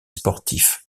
sportif